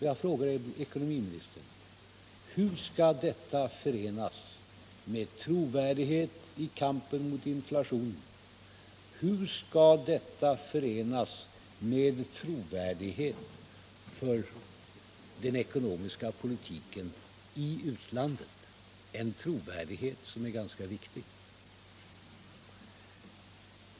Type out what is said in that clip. Jag frågade ekonomiministern: Hur skall detta kunna förenas med trovärdighet när det gäller kampen mot inflationen? Hur skall detta kunna förenas med trovärdighet för den ekonomiska politiken i utlandet, en trovärdighet som är ganska viktig?